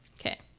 okay